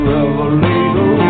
Revelator